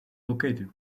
located